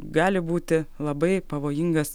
gali būti labai pavojingas